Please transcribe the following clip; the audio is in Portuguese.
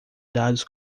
dados